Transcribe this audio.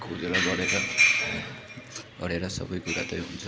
खोजेर गरेर गरेर सबै कुरा त्यही हुन्छ